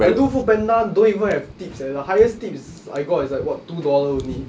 I do foodpanda don't even have tips eh the highest tips I got is like what two dollar only